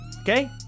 Okay